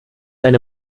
eine